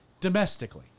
domestically